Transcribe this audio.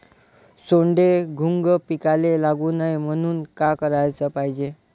सोंडे, घुंग पिकाले लागू नये म्हनून का कराच पायजे?